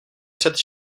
před